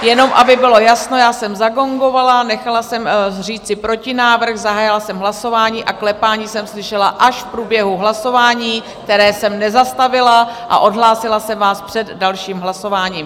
Jenom aby bylo jasno, já jsem zagongovala, nechala jsem říci protinávrh, zahájila jsem hlasování a klepání jsem slyšela až v průběhu hlasování, které jsem nezastavila, a odhlásila jsem vás před dalším hlasováním.